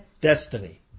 Destiny